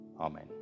Amen